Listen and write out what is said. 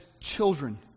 children